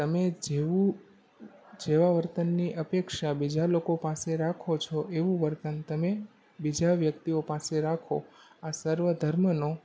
તમે જેવું જેવાં વર્તનની અપેક્ષા બીજા લોકો પાસે રાખો છો એવું વર્તન તમે બીજા વ્યક્તિઓ પાસે રાખો આ સર્વ ધર્મનો